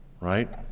right